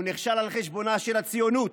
הוא נכשל על חשבונה של הציונות,